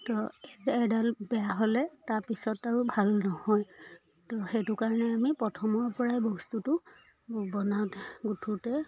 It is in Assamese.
তো এডাল বেয়া হ'লে তাৰপিছত আৰু ভাল নহয় তো সেইটো কাৰণে আমি প্ৰথমৰ পৰাই বস্তুটো বনাওঁতে গোঁঠোতে